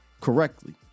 correctly